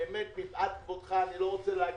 באמת מפאת כבודך אני לא רוצה להגיד.